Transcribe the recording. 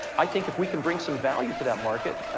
i think if we can bring some value to that market,